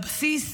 לבסיס,